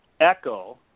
echo